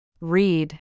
Read